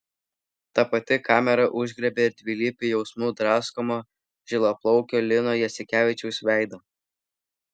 ta pati kamera užgriebė ir dvilypių jausmų draskomo žilaplaukio lino jasikevičiaus veidą